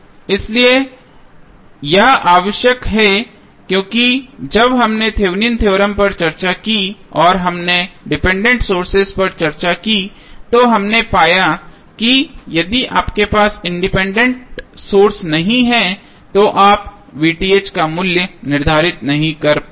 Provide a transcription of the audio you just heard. इसलिए यह आवश्यक है क्योंकि जब हमने थेवेनिन थ्योरम Thevenins theorem पर चर्चा की और हमने डिपेंडेंट सोर्सेज पर चर्चा की तो हमने पाया स्थिर किया कि यदि आपके पास इंडिपेंडेंट सोर्स नहीं है तो आप का मूल्य निर्धारित नहीं कर सकते